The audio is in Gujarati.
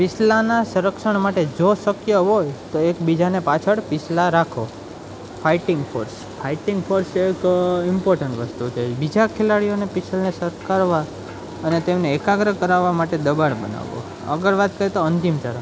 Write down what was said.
પીસલાના સરક્ષણ માટે જો શક્ય હોય તો એકબીજાને પાછળ પીસલા રાખો ફાઇટીંગ ફોર્સ ફાઇટીંગ ફોર્સ એક ઇમ્પોર્ટન્ટ વસ્તુ છે બીજા ખેલાડીઓને પીસલને સત્કારવા અને તેમને એકાગ્ર કરાવા માટે દબાણ બનાવવા આગળ વાત કરી તો અંતિમ ચરણ